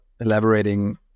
elaborating